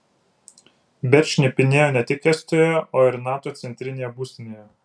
bet šnipinėjo ne tik estijoje o ir nato centrinėje būstinėje